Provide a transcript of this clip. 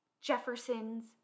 Jefferson's